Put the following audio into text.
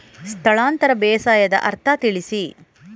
ಸ್ಥಳಾಂತರ ಬೇಸಾಯದ ಅರ್ಥ ತಿಳಿಸಿ?